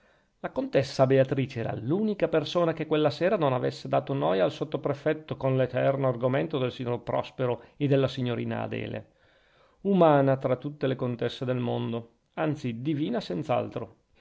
la contessa beatrice era l'unica persona che quella sera non avesse dato noia al sottoprefetto con l'eterno argomento del signor prospero e della signorina adele umana tra tutte le contesse del mondo anzi divina senz'altro